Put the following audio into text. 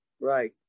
Right